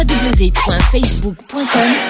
www.facebook.com